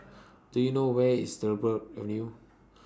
Do YOU know Where IS Dryburgh Avenue